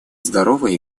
здоровой